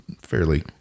fairly